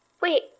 Wait